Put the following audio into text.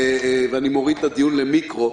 ואני מוריד את הדיון למיקרו.